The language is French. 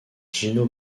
gino